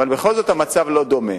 אבל בכל זאת המצב לא דומה.